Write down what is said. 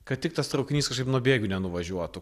kad tik tas traukinys kažkaip nuo bėgių nenuvažiuotų